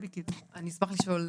אני אשמח לשאול,